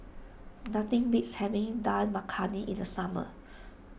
nothing beats having Dal Makhani in the summer